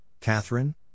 Catherine